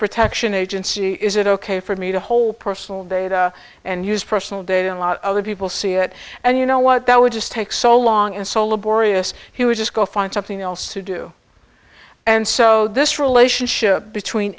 protection agency is it ok for me to hold personal data and use personal data on a lot of other people see it and you know what that would just take so long and so laborious he would just go find something else to do and so this relationship between